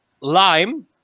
lime